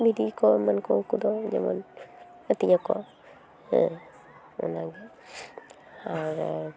ᱵᱤᱞᱤ ᱠᱚ ᱮᱢᱟᱱ ᱠᱚ ᱩᱱᱠᱩᱫᱚ ᱡᱮᱢᱚᱱ ᱟᱹᱛᱤᱧ ᱟᱠᱚ ᱚᱱᱟᱜᱮ ᱟᱨ